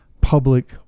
public